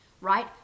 right